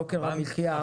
יוקר המחייה,